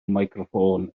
meicroffon